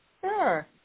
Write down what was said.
Sure